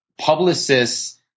publicists